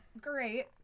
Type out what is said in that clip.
great